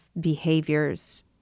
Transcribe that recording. behaviors